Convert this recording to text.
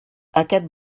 aquest